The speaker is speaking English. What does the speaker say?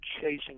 chasing